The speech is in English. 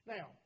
Now